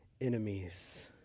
enemies